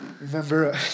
Remember